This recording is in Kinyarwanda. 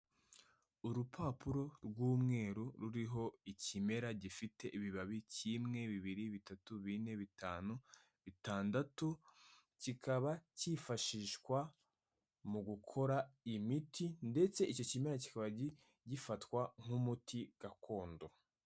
Urupapuro rw'umweru ruriho ikimera gifite ibibabi kimwe, bibiri, bitatu, bine, bitanu, bitandatu, kikaba cyifashishwa mu gukora imiti ndetse icyo kimera kikaba gifatwa nk'umuti gakondo.